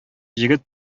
егет